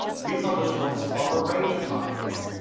we publish books on a range of topics,